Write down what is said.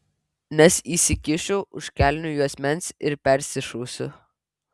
nes įsikišiu už kelnių juosmens ir persišausiu